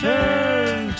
Turn